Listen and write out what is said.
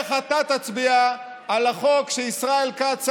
איך אתה תצביע על החוק שישראל כץ,